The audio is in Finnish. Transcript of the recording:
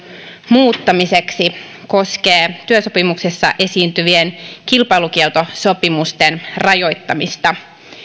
muuttamiseksi koskee työsopimuksessa esiintyvien kilpailukieltosopimusten rajoittamista